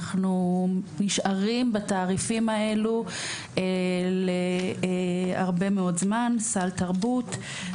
אנחנו נשארים בתעריפים האלה להרבה מאוד זמן: סל תרבות,